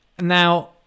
now